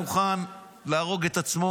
בג"ץ לא רוצה לגייס את החרדים,